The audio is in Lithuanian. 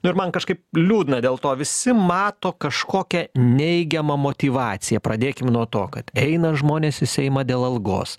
nu ir man kažkaip liūdna dėl to visi mato kažkokią neigiamą motyvaciją pradėkim nuo to kad eina žmonės į seimą dėl algos